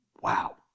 Wow